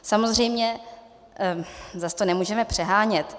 Samozřejmě zas to nemůžeme přehánět.